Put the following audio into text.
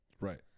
Right